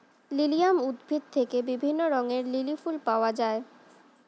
lilium উদ্ভিদ থেকে বিভিন্ন রঙের লিলি ফুল পাওয়া যায়